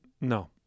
No